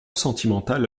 sentimental